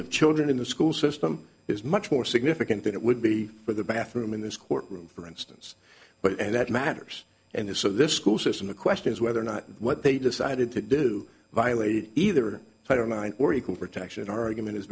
of children in the school system is much more significant than it would be for the bathroom in this courtroom for instance but and that matters and if so this school system the question is whether or not what they decided to do violate either i don't mind or equal protection argument is